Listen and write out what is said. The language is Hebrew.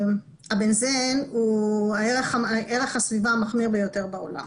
ה-בנזן הוא ערך הסביבה המחמיר ביותר בעולם.